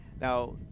Now